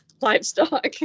livestock